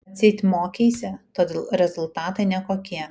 atseit mokeisi todėl rezultatai nekokie